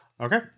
Okay